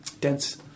dense